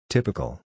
Typical